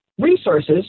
resources